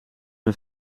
een